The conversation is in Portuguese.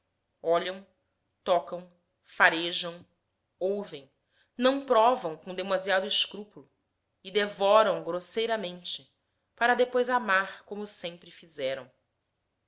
olham tocam farejam ouvem não provam com demasiado escrúpulo e devoram grosseiramente para depois amar como sempre fizeram